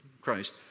Christ